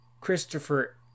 Christopher